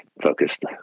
focused